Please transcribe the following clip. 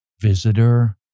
visitor